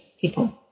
people